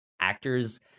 actors